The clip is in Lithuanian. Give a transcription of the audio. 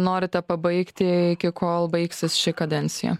norite pabaigti iki kol baigsis ši kadencija